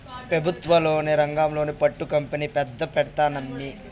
పెబుత్వ లోను రాంగానే పట్టు కంపెనీ పెద్ద పెడ్తానమ్మీ